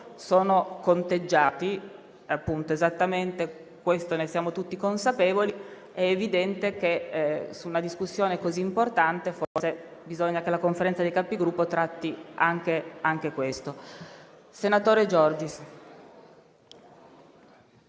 appunto conteggiati esattamente, e ne siamo tutti consapevoli. È evidente che su una discussione così importante forse bisogna che la Conferenza dei Capigruppo tratti anche questo.